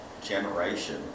generation